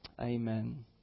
amen